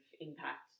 impact